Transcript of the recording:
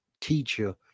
teacher